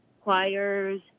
choirs